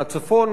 מהצפון,